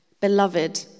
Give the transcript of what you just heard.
Beloved